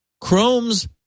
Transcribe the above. Chrome's